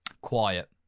quiet